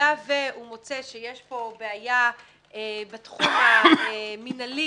היה והוא מוצא שיש פה בעיה בתחום המנהלי,